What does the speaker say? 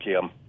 Kim